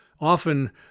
often